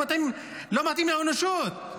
לא מתאים לאנושות.